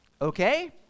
Okay